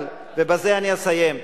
ובזה אני אסיים,